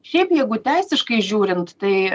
šiaip jeigu teisiškai žiūrint tai